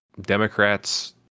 Democrats